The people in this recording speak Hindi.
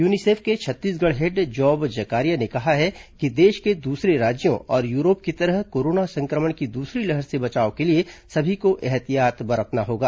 यूनिसेफ के छत्तीसगढ़ हेड जॉब जकारिया ने कहा है कि देश के दूसरे राज्यों और यूरोप की तरह कोरोना संक्रमण की दूसरी लहर से बचाव के लिए सभी को एहतियात बरतना होगा